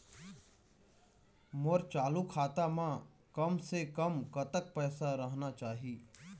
मोर चालू खाता म कम से कम कतक पैसा रहना चाही?